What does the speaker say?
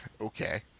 Okay